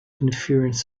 interference